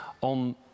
on